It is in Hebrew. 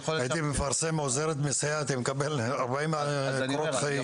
הייתי מפרסם עוזרת, סייעת, מקבל 40 קורות חיים.